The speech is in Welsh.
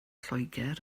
lloegr